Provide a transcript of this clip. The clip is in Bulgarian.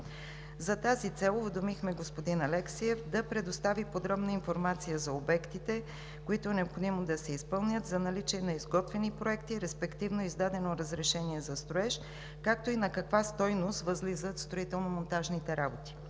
За тази цел уведомихме господин Алексиев да предостави подробна информация за обектите, които е необходимо да се изпълнят, за наличие на изготвени проекти, респективно издадено разрешение за строеж, както и на каква стойност възлизат строително-монтажните работи.